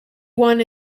one